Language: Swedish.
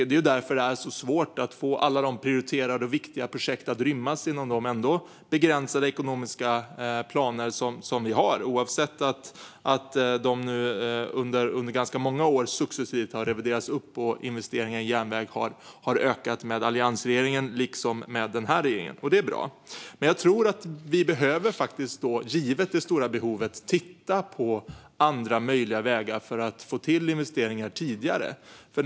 Det är svårt att få alla de prioriterade och viktiga projekten att rymmas inom de begränsade ekonomiska planer som vi har, även om de under ganska många år successivt har reviderats upp och även om investeringar i järnväg har ökat med alliansregeringen liksom med denna regering, vilket är bra. Jag tror att vi, givet det stora behovet, behöver titta på andra möjliga vägar för att få till tidigare investeringar.